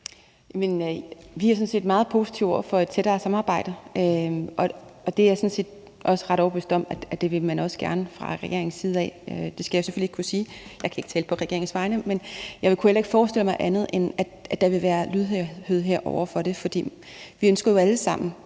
set meget positive over for et tættere samarbejde. Det er jeg sådan set også ret overbevist om at man også gerne vil fra regeringens side. Det skal jeg selvfølgelig ikke kunne sige; jeg kan ikke tale på regeringens vegne. Men jeg kunne ikke forestille mig andet, end at der vil være lydhørhed over for det, for vi ønsker jo alle sammen